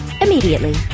immediately